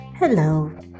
hello